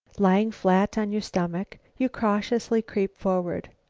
lying flat on your stomach, you cautiously creep forward.